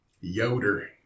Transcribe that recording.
Yoder